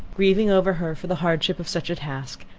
grieving over her for the hardship of such a task,